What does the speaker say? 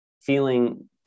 feeling